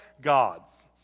gods